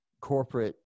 corporate